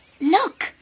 Look